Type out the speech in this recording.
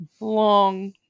long